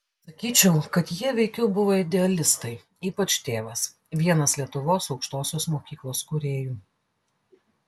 sakyčiau kad jie veikiau buvo idealistai ypač tėvas vienas lietuvos aukštosios mokyklos kūrėjų